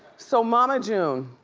so mama june.